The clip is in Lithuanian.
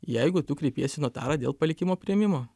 jeigu tu kreipiesi į notarą dėl palikimo priėmimo